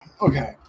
okay